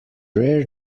rare